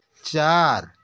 चार